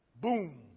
Boom